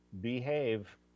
behave